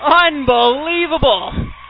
Unbelievable